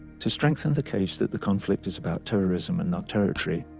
to strengthen the case that the conflict is about terrorism, and not territory,